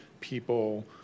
people